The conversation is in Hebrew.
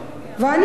פסטורלי.